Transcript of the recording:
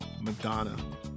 madonna